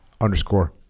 underscore